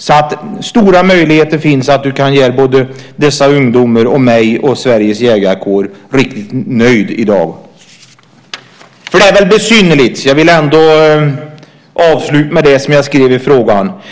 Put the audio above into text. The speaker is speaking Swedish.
Det finns stora möjligheter för justitieministern att göra dessa ungdomar, mig och Sveriges jägarkår riktigt nöjda i dag. Jag vill avsluta med vad jag skrev i min fråga.